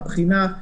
הבחינה,